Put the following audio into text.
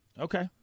Okay